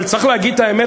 אבל צריך להגיד את האמת,